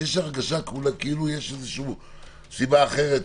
יש הרגשה כאילו יש סיבה אחרת,